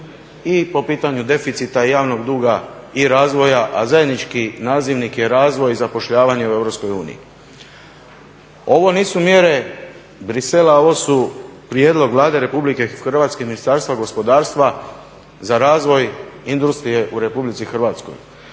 i po pitanju deficita, i javnog duga, i razvoja a zajednički nazivnik je razvoj i zapošljavanje u EU. Ovo nisu mjere Bruxellesa, ovo su prijedlog Vlade Republike Hrvatske, Ministarstva gospodarstva za razvoj industrije u Republici Hrvatskoj